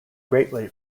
greatly